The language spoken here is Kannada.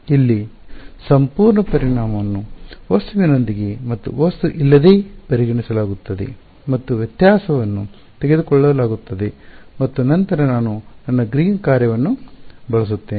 ಇಲ್ಲಿ ಸಂಪೂರ್ಣ ಪರಿಮಾಣವನ್ನು ವಸ್ತುವಿನೊಂದಿಗೆ ಮತ್ತು ವಸ್ತು ಇಲ್ಲದೆ ಪರಿಗಣಿಸಲಾಗುತ್ತದೆ ಮತ್ತು ವ್ಯತ್ಯಾಸವನ್ನು ತೆಗೆದುಕೊಳ್ಳಲಾಗುತ್ತದೆ ಮತ್ತು ನಂತರ ನಾನು ನನ್ನ ಗ್ರೀನ್ ಕಾರ್ಯವನ್ನು ಬಳಸುತ್ತೇನೆ